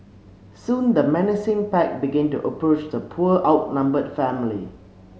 soon the menacing pack began to approach the poor outnumbered family